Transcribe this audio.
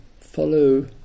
follow